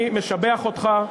אני משבח אותך.